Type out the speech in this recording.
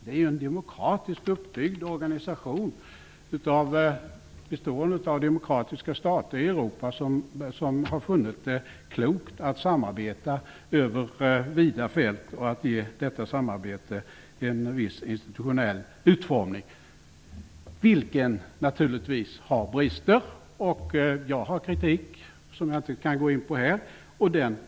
EU är ju en demokratiskt uppbyggd organisation, bestående av demokratiska stater i Europa, som har funnit det klokt att samarbeta över vida fält och att ge detta samarbete en viss institutionell utformning. Den har naturligtvis också brister, och jag har kritik, som jag dock inte kan gå in på här.